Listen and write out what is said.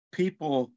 people